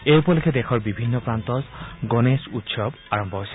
এই উপলক্ষে দেশৰ বিভিন্ন প্ৰান্তত গণেশ উৎসৱ আৰম্ভ হৈছে